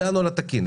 וזה הנוהל התקין.